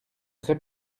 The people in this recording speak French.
très